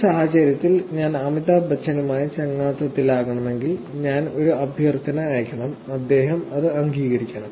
ഈ സാഹചര്യത്തിൽ ഞാൻ അമിതാഭ് ബച്ചനുമായി ചങ്ങാത്തത്തിലാകണമെങ്കിൽ ഞാൻ ഒരു അഭ്യർത്ഥന അയയ്ക്കണം അദ്ദേഹം അത് അംഗീകരിക്കണം